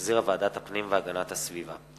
שהחזירה ועדת הפנים והגנת הסביבה.